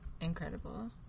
incredible